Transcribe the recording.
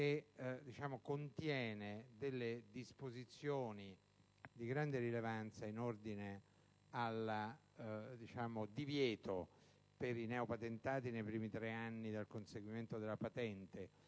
Esso contiene disposizioni di grande rilevanza in ordine all'assoluto divieto, per i neopatentati nei primi tre anni dal conseguimento della patente